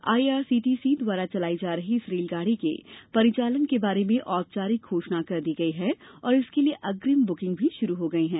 IRCTC द्वारा चलाई जा रही इस रेलगाड़ी के परिचालन के बारे में औपचारिक घोषणा कर दी है और इसके लिए अग्रिम बुकिंग भी शुरू हो चुकी है